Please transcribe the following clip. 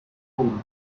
groom